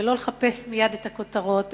ולא לחפש מייד את הכותרות.